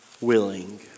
willing